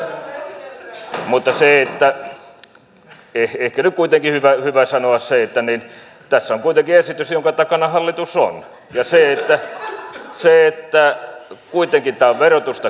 ehkä nyt kuitenkin on hyvä sanoa se että tässä on kuitenkin esitys jonka takana hallitus on ja tämä on verotusta keventävä